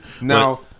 Now